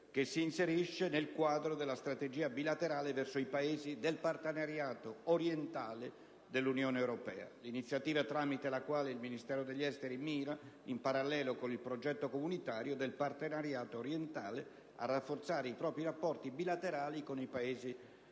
che si inserisce nel quadro della strategia bilaterale verso i Paesi del partenariato orientale dell'Unione europea, iniziativa tramite la quale il Ministero degli affari esteri mira, in parallelo con il progetto comunitario del partenariato orientale, a rafforzare i propri rapporti bilaterali con i Paesi coinvolti